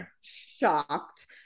shocked